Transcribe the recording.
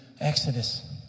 Exodus